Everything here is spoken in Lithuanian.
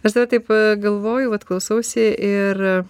aš dar taip galvoju vat klausausi ir